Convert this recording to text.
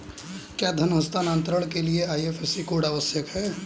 क्या धन हस्तांतरण के लिए आई.एफ.एस.सी कोड आवश्यक है?